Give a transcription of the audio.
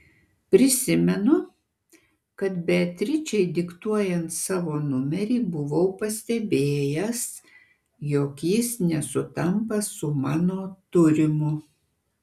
prisimenu kad beatričei diktuojant savo numerį buvau pastebėjęs jog jis nesutampa su mano turimu